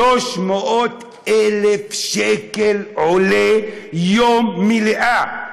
300,000 שקל עולה יום מליאה.